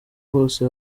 hose